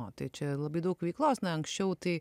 o tai čia labai daug veiklos na anksčiau tai